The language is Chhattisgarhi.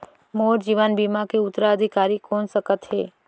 मोर जीवन बीमा के उत्तराधिकारी कोन सकत हे?